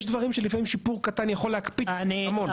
יש דברים שלפעמים שיפור קטן יכול להקפיץ המון.